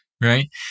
right